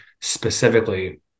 specifically